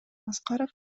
аскаров